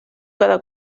cada